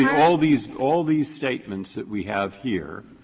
all these all these statements that we have here,